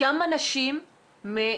מעטות.